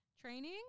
training